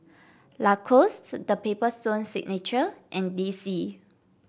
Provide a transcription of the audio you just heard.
Lacoste The Paper Stone Signature and D C